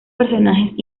personajes